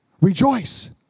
Rejoice